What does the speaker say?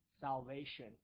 Salvation